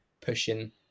pushing